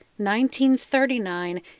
1939